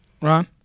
Ron